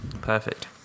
Perfect